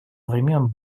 времен